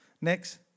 next